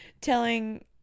telling